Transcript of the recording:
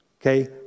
okay